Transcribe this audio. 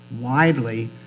widely